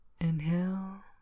inhale